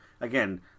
again